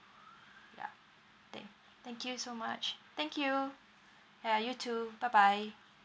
yup thank you so much thank you ya you too bye bye